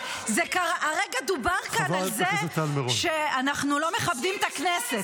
הרגע דובר כאן על זה שאנחנו לא מכבדים את הכנסת.